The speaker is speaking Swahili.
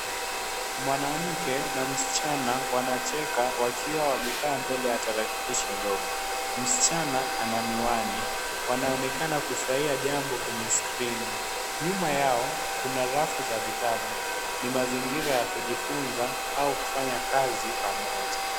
Mwanamke na msichana wanacheka wakiwa wamekaa mbele ya tarakilishi ndogo. Msichana ana miwani. Wanaonekana kufurahia jambo kwenye skrini. Nyuma yao, kuna rafu za vitabu .Ni mazingira ya kujifunza au kufanya kazi pamoja.